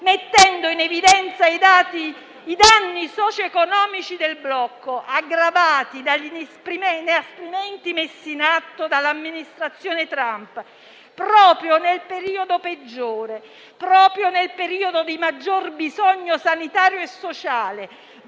mettendo in evidenza i danni socio-economici del blocco, aggravati dagli inasprimenti messi in atto dall'Amministrazione Trump proprio nel periodo peggiore, proprio nel periodo di maggior bisogno sanitario e sociale,